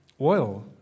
oil